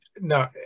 No